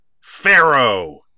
Pharaoh